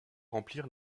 remplir